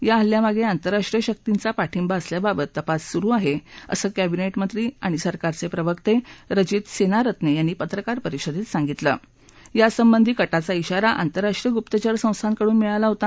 या हल्ल्यामाग ञिंतरराष्ट्रीय शकींचा पाठिंबा असल्याबाबत तपास सुरु आह विसं कॅबिनट मंत्री सरकारच विवर्त उजित सद्वित्न विनी पत्रकार परिषदक्ष सांगितलं यासंबंधी कटाचा इशारा आंतरराष्ट्रीय गुप्तचर संस्थांकडून मिळाला होता